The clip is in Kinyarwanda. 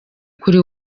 kuri